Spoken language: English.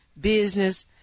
Business